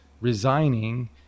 resigning